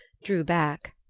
drew back.